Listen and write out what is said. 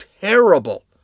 terrible